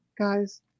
guys